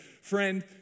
friend